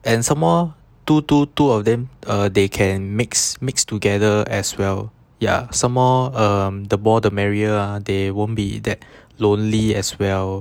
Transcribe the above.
and some more two two two of them uh they can mix mix together as well ya some more um the more the merrier they won't be that lonely as well